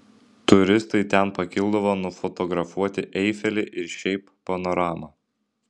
turistai ten pakildavo nufotografuoti eifelį ir šiaip panoramą